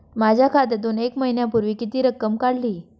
माझ्या खात्यातून एक महिन्यापूर्वी किती रक्कम काढली?